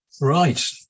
Right